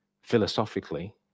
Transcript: philosophically